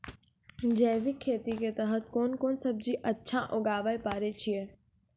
जैविक खेती के तहत कोंन कोंन सब्जी अच्छा उगावय पारे छिय?